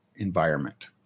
environment